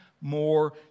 more